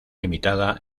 limitada